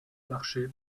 marché